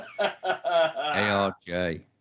ARJ